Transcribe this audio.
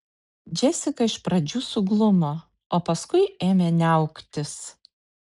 džesika iš pradžių suglumo o paskui ėmė niauktis